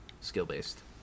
skill-based